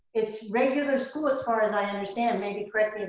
it's regular school as far as i understand, maybe correct me if